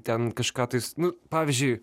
ten kažką tais nu pavyzdžiui